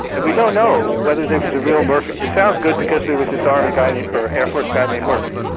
and we don't know whether there was a real murphy. it sounds good because there was this army guy or air force guy named murphy,